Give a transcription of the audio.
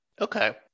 Okay